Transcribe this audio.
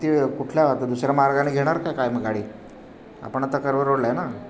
ती कुठल्या आता दुसऱ्या मार्गाने घेणार का काय मग गाडी आपण आता कर्वे रोडला आहे ना